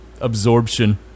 absorption